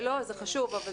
זה חשוב,